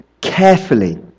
carefully